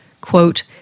Quote